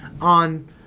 on